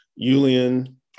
Julian